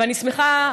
ואני שמחה,